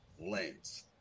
lens